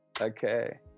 Okay